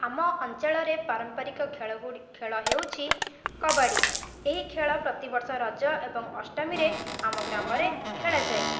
ଆମ ଅଞ୍ଚଳରେ ପାରମ୍ପାରିକ ଖେଳ ଗୁଡ଼ି ଖେଳ ହେଉଛି କବାଡ଼ି ଏହି ଖେଳ ପ୍ରତି ବର୍ଷ ରଜ ଏବଂ ଅଷ୍ଟମୀରେ ଆମ ଗ୍ରାମରେ ଖେଳା ଯାଏ